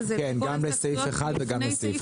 המדיניות הכלכלית לשנות התקציב 2023 ו-2024),